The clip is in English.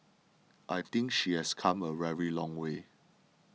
I think she has come a very long way